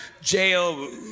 jail